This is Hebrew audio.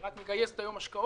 היא רק מגייסת היום השקעות,